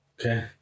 Okay